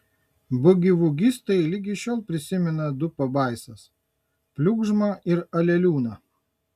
bugivugistai ligi šiol prisimena du pabaisas pliugžmą ir aleliūną